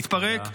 התפרק.